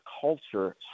culture